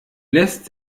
lässt